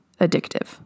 addictive